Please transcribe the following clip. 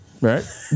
right